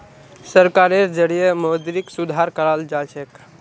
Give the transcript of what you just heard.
सरकारेर जरिएं मौद्रिक सुधार कराल जाछेक